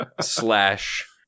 slash